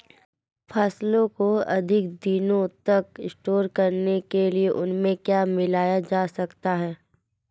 फसलों को अधिक दिनों तक स्टोर करने के लिए उनमें क्या मिलाया जा सकता है?